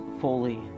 fully